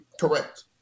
Correct